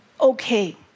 okay